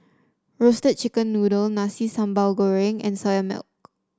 Roasted Chicken Noodle Nasi Sambal Goreng and Soya Milk